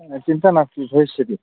ह चिन्ता नास्ति भविष्यति